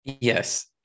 Yes